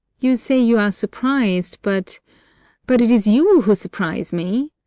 you say you are surprised, but but it is you who surprise me.